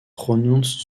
pronounced